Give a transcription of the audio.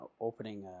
opening